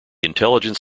intelligence